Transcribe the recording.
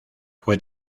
fue